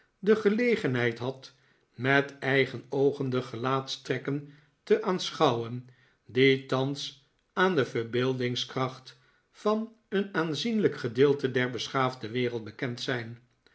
de gelegenheid had met eigen oogen de gelaatstrekken te aanschouwen die thans aan de verbeeldingskracht van een aanzienlijk gedeelte der beschaafde wereld bekend zijn